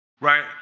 right